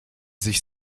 sich